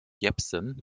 jepsen